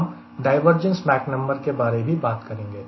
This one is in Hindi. हम डायवर्जेंस माक नंबर के बारे में भी बात करेंगे